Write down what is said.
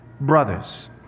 brothers